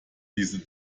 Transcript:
diese